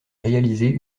réaliser